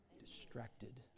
Distracted